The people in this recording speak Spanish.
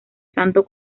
santo